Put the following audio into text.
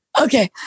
Okay